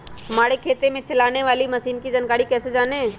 हमारे खेत में चलाने वाली मशीन की जानकारी कैसे जाने?